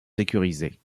sécurisés